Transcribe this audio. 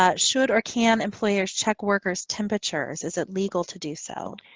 ah should or can employers check workers' temperatures? is it legal to do so?